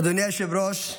אדוני היושב-ראש,